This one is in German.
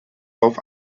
auf